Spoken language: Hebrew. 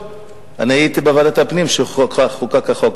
יש כמובן הנושא של היישובים הלא-חוקיים,